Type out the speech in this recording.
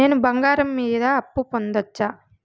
నేను బంగారం మీద అప్పు పొందొచ్చా?